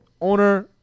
owner